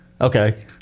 Okay